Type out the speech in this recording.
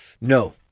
No